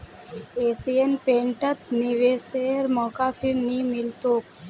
Asian पेंटत निवेशेर मौका फिर नइ मिल तोक